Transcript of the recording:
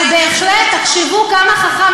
אבל בהחלט תחשבו כמה חכם,